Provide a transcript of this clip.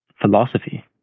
philosophy